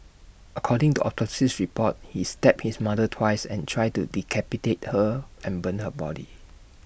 according to autopsy reports he stabbed his mother twice and tried to decapitate her and burn her body